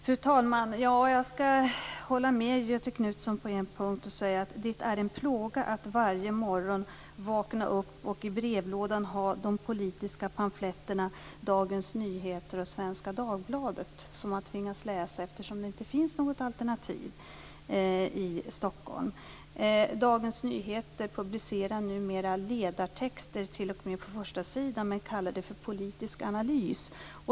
Fru talman! Jag håller med Göthe Knutson på en punkt. Det är en plåga att vakna upp varje morgon och i brevlådan få de politiska pamfletterna Dagens Nyheter och Svenska Dagbladet som man tvingas läsa eftersom det inte finns något alternativ i Stockholm. på första sidan, men man kallar det för politisk analys.